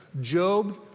Job